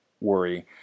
worry